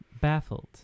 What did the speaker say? baffled